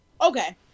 Okay